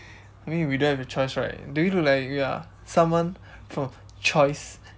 I mean we don't have a choice right do we look like we are someone with a choice